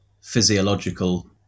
physiological